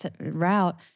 route